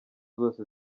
zose